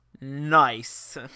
Nice